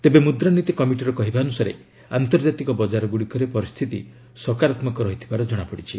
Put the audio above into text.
ତେବେ ମୁଦ୍ରାନୀତି କମିଟିର କହିବା ଅନୁସାରେ ଆନ୍ତର୍ଜାତିକ ବଜାରଗ୍ରଡ଼ିକରେ ପରିସ୍ଥିତି ସକାରାତୃକ ରହିଥିବାର ଜଣାପଡ଼ିଛି